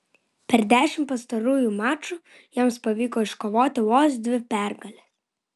per dešimt pastarųjų mačų jiems pavyko iškovoti vos dvi pergales